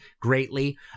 greatly